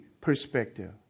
perspective